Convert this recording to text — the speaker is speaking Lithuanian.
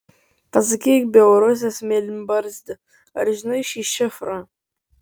pasakyk bjaurusis mėlynbarzdi ar žinai šį šifrą